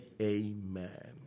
amen